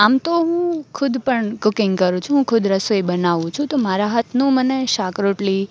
આમતો હું ખુદ પણ કૂકિંગ કરું છું હું ખુદ રસોઈ બનાવું છું તો મારા હાથનું મને શાક રોટલી